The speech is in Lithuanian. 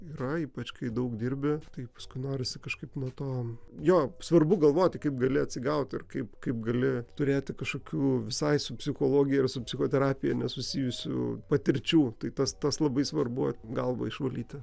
yra ypač kai daug dirbi tai paskui norisi kažkaip nuo to jo svarbu galvoti kaip gali atsigauti ir kaip kaip gali turėti kažkokių visai su psichologija ir su psichoterapija nesusijusių patirčių tai tas tas labai svarbu galvą išvalyti